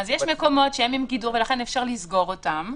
יש מקומות שהם עם גידור, ולכן אפשר לסגור אותם,